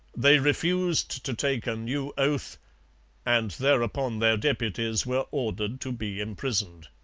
they refused to take a new oath and thereupon their deputies were ordered to be imprisoned.